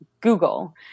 Google